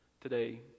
today